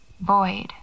void